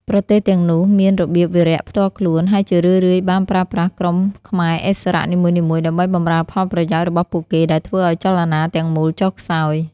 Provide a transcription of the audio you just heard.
ប្រទេសទាំងនោះមានរបៀបវារៈផ្ទាល់ខ្លួន ហើយជារឿយៗបានប្រើប្រាស់ក្រុមខ្មែរឥស្សរៈនីមួយៗដើម្បីបម្រើផលប្រយោជន៍របស់ពួកគេ ដែលធ្វើឱ្យចលនាទាំងមូលចុះខ្សោយ។